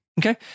okay